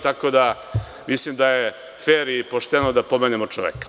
Tako da mislim da je fer i pošteno da pomenemo čoveka.